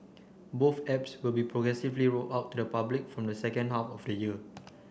both apps will be progressively rolled out to the public from the second half of the year